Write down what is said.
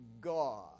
God